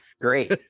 great